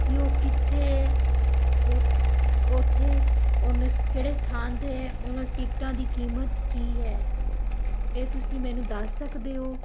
ਕੀ ਉਹ ਕਿੱਥੇ ਉੱਥੇ ਉਨਸ ਕਿਹੜੇ ਸਥਾਨ 'ਤੇ ਹੈ ਉਹਨਾਂ ਟਿਕਟਾਂ ਦੀ ਕੀਮਤ ਕੀ ਹੈ ਇਹ ਤੁਸੀਂ ਮੈਨੂੰ ਦੱਸ ਸਕਦੇ ਹੋ